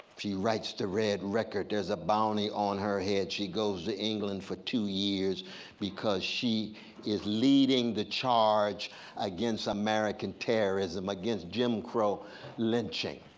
she writes the red record, there's a bounty on her head. she goes to england for two years because she is leading the charge against american terrorism, against jim crow lynching.